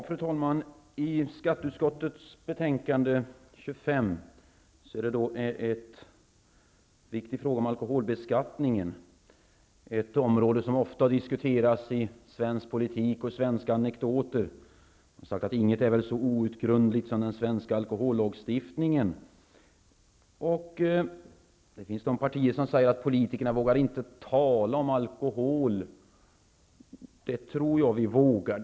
Fru talman! I skatteutskottets betänkande 25 behandlas den viktiga frågan om alkoholbeskattningen, ett område som ofta diskuteras i svensk politik och tas upp i svenska anekdoter -- inget är väl så outgrundligt som den svenska alkohollagstiftningen. Det finns de partier som säger att politikerna inte vågar tala om alkohol, men det tror jag vi vågar.